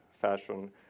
fashion